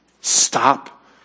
Stop